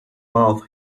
mouth